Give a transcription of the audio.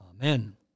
Amen